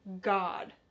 God